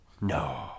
No